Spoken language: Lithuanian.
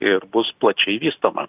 ir bus plačiai vystoma